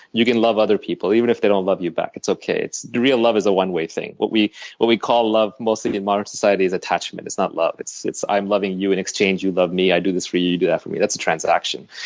you can love other people, even if they don't love you back, it's okay. real love is a one way thing we but we call love mostly in modern society is attachment. it's not love. it's it's i'm loving you, in exchange you love me. i do this for you, you do that for me. that's a transaction.